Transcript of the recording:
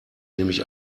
nämlich